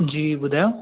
जी ॿुधायो